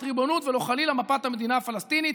ריבונות ולא חלילה מפת המדינה הפלסטינית,